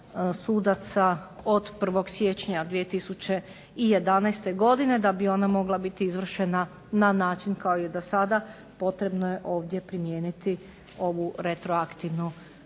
sudaca od 1. siječnja 2011. godine, da bi ona mogla biti izvršena na način kao i do sada potrebno je ovdje primijeniti ovu retroaktivnu